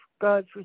God